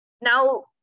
Now